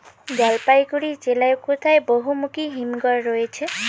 জলপাইগুড়ি জেলায় কোথায় বহুমুখী হিমঘর রয়েছে?